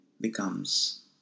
becomes